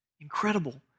Incredible